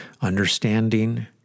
understanding